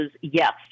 yes